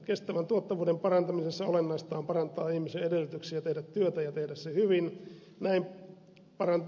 kestävän tuottavuuden parantamisessa olennaista on parantaa ihmisen edellytyksiä tehdä työtä ja tehdä se hyvin